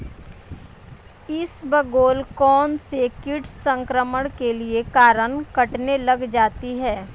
इसबगोल कौनसे कीट संक्रमण के कारण कटने लग जाती है?